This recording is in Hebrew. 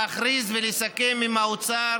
להכריז ולסכם עם האוצר